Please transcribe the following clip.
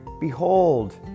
Behold